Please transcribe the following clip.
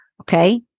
Okay